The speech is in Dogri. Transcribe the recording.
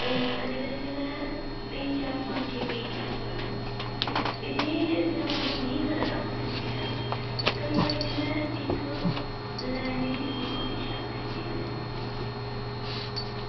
ते कदें कदें ते में तिन्न चार पंज छे पेज ई लिखी ओड़ां ते जे मेरा मन नेईं करा दा कुछ लिखने दा ते केईं बारी ते में इक लाईन बी निं लिखी पांदी शैल तरीके कन्नै